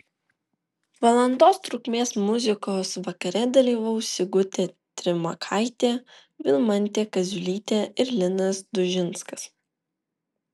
valandos trukmės muzikos vakare dalyvaus sigutė trimakaitė vilmantė kaziulytė ir linas dužinskas